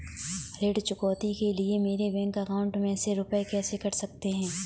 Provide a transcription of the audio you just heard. ऋण चुकौती के लिए मेरे बैंक अकाउंट में से रुपए कैसे कट सकते हैं?